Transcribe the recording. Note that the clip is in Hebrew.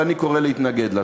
ואני קורא להתנגד לה.